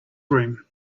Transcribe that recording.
room